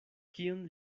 kion